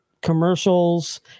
commercials